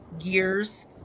years